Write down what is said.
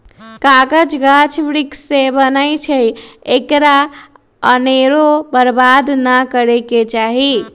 कागज गाछ वृक्ष से बनै छइ एकरा अनेरो बर्बाद नऽ करे के चाहि